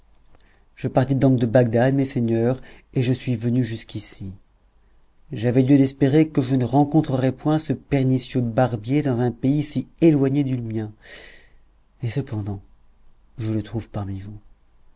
je partis donc de bagdad mes seigneurs et je suis venu jusqu'ici j'avais lieu d'espérer que je ne rencontrerais point ce pernicieux barbier dans un pays si éloigné du mien et cependant je le trouve parmi vous